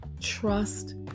Trust